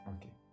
Okay